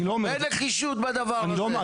אין נחישות בדבר הזה,